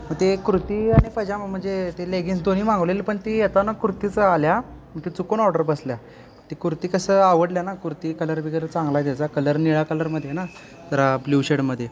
ते कुर्ती आणि पजामा म्हणजे ते लेगिन्स दोन्ही मागवलेले पण ती येताना कुर्तीच आल्या म्हणजे चुकून ऑर्डर बसल्या ती कुर्ती कसं आवडल्या ना कुर्ती कलर वगैरे चांगला आहे त्याचा कलर निळा कलरमध्ये ना तर ब्लू शेडमध्ये